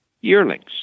yearlings